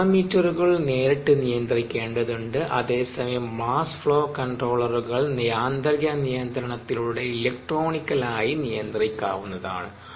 റോട്ടാമീറ്ററുകൾ നേരിട്ട് നിയന്ത്രിക്കേണ്ടതുണ്ട് അതേസമയം മാസ്ഫ്ലോ കൺട്രോളറുകൾ യാന്ത്രിക നിയന്ത്രണത്തിലൂടെ ഇലക്ട്രോണിക്കലായി നിയന്ത്രിക്കാവുന്നതാണ്